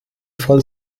fall